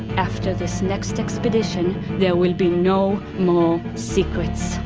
after this next expedition, there will be no more secrets